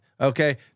Okay